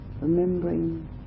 remembering